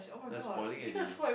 no it's spoiling already